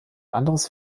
anderes